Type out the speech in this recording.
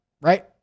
right